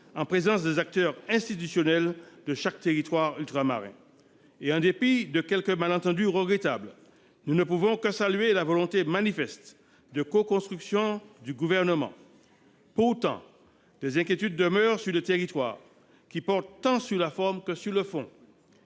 en présence des acteurs institutionnels de chaque territoire ultramarin. En dépit de quelques malentendus regrettables, nous ne pouvons que saluer la volonté manifeste de coconstruction du Gouvernement. Pourtant, des inquiétudes demeurent, tant sur la forme que sur le fond.